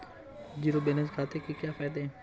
Zero balance खाते के क्या फायदे हैं?